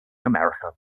america